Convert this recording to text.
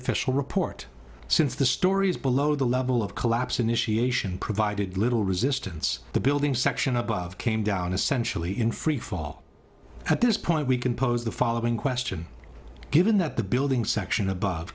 official report since the stories below the level of collapse initiation provided little resistance the building section above came down essentially in free fall at this point we can pose the following question given that the building section above